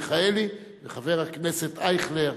מיכאלי וחבר הכנסת אייכלר.